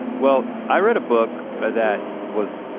well, i read a book ah that was.